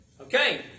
Okay